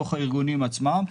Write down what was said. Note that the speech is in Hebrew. בתוך הארגונים עצמם,